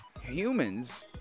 humans